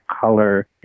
color